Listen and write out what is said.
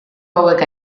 hauek